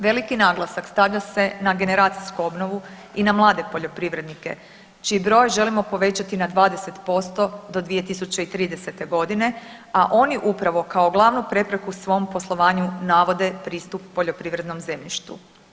Veliki naglasak stavlja se na generacijsku obnovu i na mlade poljoprivrednike čiji broj želimo povećati na 20% do 2030. godine, a oni upravo kao glavnu prepreku svom poslovanju navode pristup poljoprivrednom zemljištu.